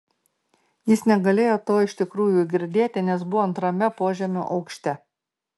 jis negalėjo to iš tikrųjų girdėti nes buvo antrame požemio aukšte